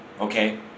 okay